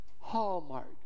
Hallmark